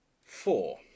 four